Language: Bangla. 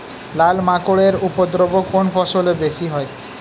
লাল মাকড় এর উপদ্রব কোন ফসলে বেশি হয়?